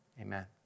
amen